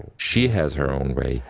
she has her own way.